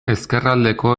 ezkerraldeko